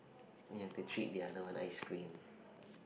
you have to treat the other one ice cream